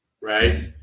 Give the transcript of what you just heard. right